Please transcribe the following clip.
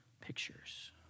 pictures